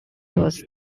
was